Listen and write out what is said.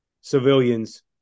civilians